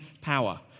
power